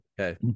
Okay